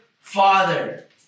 Father